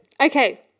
Okay